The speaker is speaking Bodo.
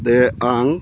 बे आं